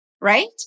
Right